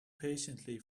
patiently